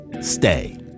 stay